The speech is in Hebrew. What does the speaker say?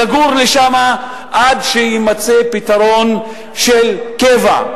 לגור שם עד שיימצא פתרון של קבע,